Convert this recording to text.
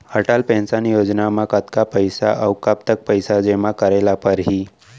Atal pension Yojana म कतका पइसा, अऊ कब तक पइसा जेमा करे ल परही?